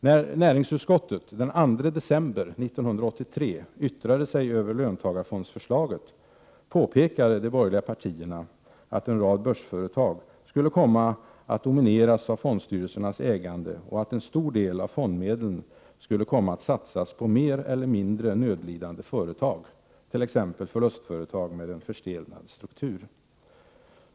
När näringsutskottet den 2 december 1983 yttrade sig över löntagarfondsförslaget påpekade de borgerliga partierna att en rad börsföretag skulle komma att domineras av fondstyrelsernas ägande och att en stor del av fondmedlen skulle komma att satsas på mer eller mindre nödlidande företag, t.ex. förlustföretag med en förstelnad struktur.